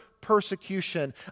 persecution